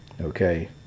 okay